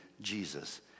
Jesus